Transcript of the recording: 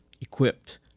equipped